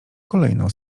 kolejno